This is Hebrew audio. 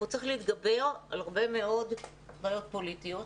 צריך להתגבר על הרבה מאוד בעיות פוליטיות,